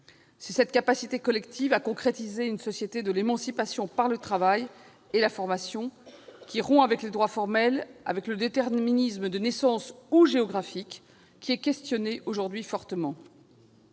cette capacité collective à concrétiser une société de l'émancipation par le travail et la formation, rompant avec les droits formels et avec le déterminisme de naissance ou géographique, qui est fortement questionnée aujourd'hui.